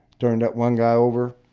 turned up one guy over.